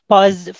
Pause